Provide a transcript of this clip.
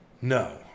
No